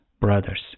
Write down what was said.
brothers